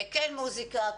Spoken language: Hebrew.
כן מוזיקה,